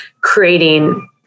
creating